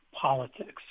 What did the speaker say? politics